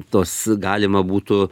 tos galima būtų